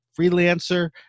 freelancer